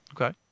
Okay